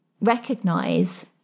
recognize